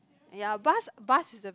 ya bus bus is a